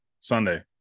Sunday